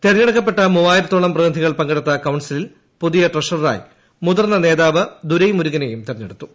തിരഞ്ഞെടുക്കപ്പെട്ട മൂവായിരത്തോളം പ്രതിനിധികൾ പങ്കെടുത്ത കൌൺസിലിൽ പുതിയ ട്രഷററായി മുതിർന്ന നേതാവ് ദുരൈമുരുഗനെയും തിരഞ്ഞെടുത്തു